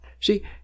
See